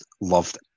loved